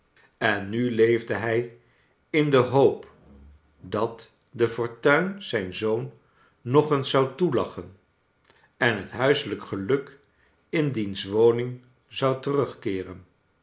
en nu leefde hij in de hoop dat de fortuin zijn zoon nog eens zou toelachen en het huiselijk geluk in diens woning zou terugkeeren